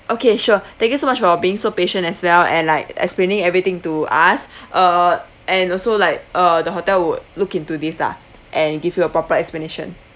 okay sure thank you so much for being so patient as well and like explaining everything to us uh and also like uh the hotel will look into this lah and give you a proper explanation